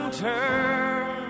turn